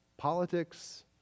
Politics